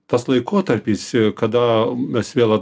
tas laikotarpis kada mes vėl